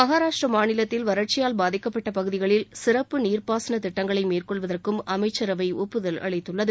மகாராஷ்டிரா மாநிலத்தில் வறட்சியால் பாதிக்கப்பட்ட பகுதிகளில் சிறப்பு நீர்ப்பாசன திட்டங்களை மேற்கொள்வதற்கும் அமைச்சரவை ஒப்புதல் அளித்துள்ளது